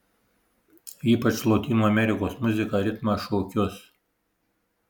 ypač lotynų amerikos muziką ritmą šokius